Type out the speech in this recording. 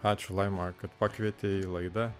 ačiū laima kad pakvietė į laidą